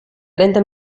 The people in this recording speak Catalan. trenta